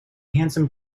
handsome